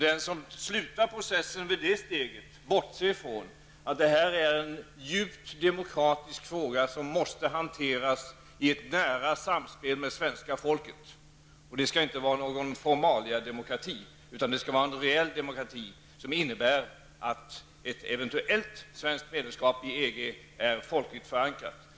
Den som slutar processen vid det steget bortser från att det är en djupt demokratisk fråga som måste hanteras i ett nära samspel med svenska folket. Det skall inte vara någon formaliademokrati, utan en reell demokrati som innebär att ett eventuellt svenskt medlemskap i EG är folkligt förankrat.